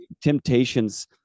temptations